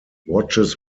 watches